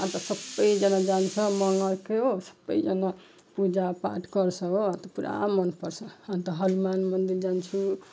अन्त सबैजना जान्छ मङ्गलको हो सबैजना पूजापाठ गर्छ हो त्यो पुरा मनपर्छ अन्त हनुमान मन्दिर जान्छु